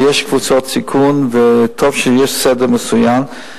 יש קבוצות סיכון, וטוב שיש סדר מסוים.